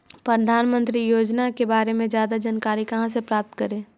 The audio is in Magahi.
प्रधानमंत्री योजना के बारे में जादा जानकारी कहा से प्राप्त करे?